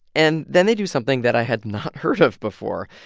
and then they do something that i had not heard of before.